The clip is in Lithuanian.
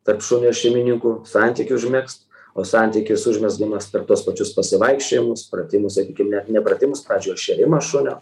tarp šunio šeimininkų santykį užmegzt o santykis užmezgamas per tuos pačius pasivaikščiojimus pratimus sakykim net ne pratimus pradžioj o šėrimą šunio